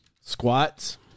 squats